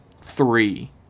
Three